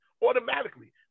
Automatically